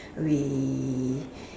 we